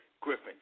Griffin